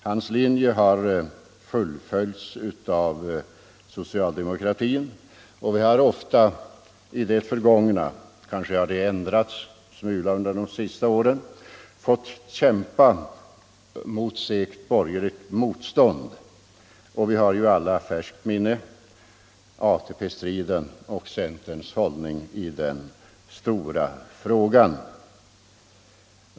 Hans linje har fullföljts av socialdemokratin, och vi har ofta i det förgångna — kanske har förhållandena ändrats en smula under de senaste åren — fått kämpa mot segt borgerligt motstånd. Vi har ju alla i färskt minne ATP-striden och centerns hållning i den stora frågan.